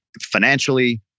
financially